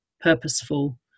purposeful